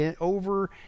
over